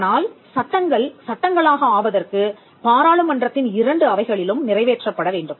ஆனால் சட்டங்கள் சட்டங்களாக ஆவதற்கு பாராளுமன்றத்தின் இரண்டு அவைகளிலும் நிறைவேற்றப்பட வேண்டும்